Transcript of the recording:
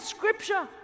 Scripture